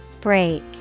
break